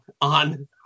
on